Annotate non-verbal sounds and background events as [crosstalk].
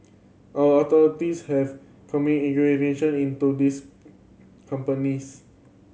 our authorities have commen [unintelligible] into these companies